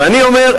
ואני אומר,